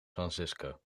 francisco